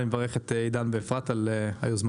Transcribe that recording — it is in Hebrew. אני מברך את עידן ואפרת על היוזמה.